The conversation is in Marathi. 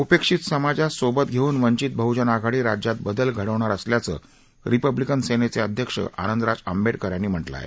उपेक्षित समाजास सोबत घेऊन वंचित बहजन आघाडी राज्यात बदल घडवणार असल्याचं रिपब्लीकन सेनेचे अध्यक्ष आनंदराज आंबेडकर यांनी म्हटलं आहे